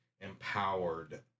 empowered